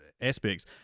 aspects